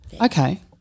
Okay